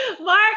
Mark